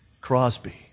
Crosby